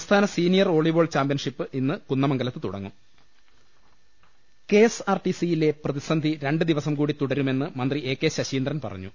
സംസ്ഥാന senior volleyball championship ഇന്ന് കുന്നമംഗലത്ത് തുടങ്ങും ലലലലലലലലലലലല കെ എസ് ആർ ടി സിയിലെ പ്രതിസന്ധി രണ്ട് ദിവസം കൂടി തുടരുമെന്ന് മന്ത്രി എ കെ ശശീന്ദ്രൻ പറഞ്ഞു